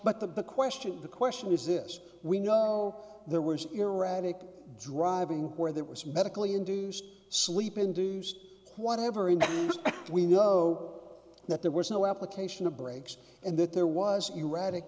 but the big question the question is this we know there was erratic driving where there was medically induced sleep induced whatever and we know that there was no application of brakes and that there was erratic